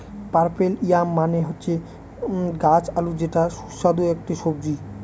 purple yam মানে হচ্ছে গাছ আলু যেটা সুস্বাদু একটি সবজি